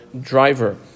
driver